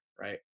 right